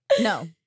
No